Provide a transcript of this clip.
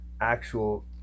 actual